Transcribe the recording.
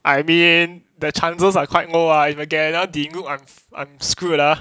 I mean the chances are quite low ah if I get another diluc I'm screwed up ah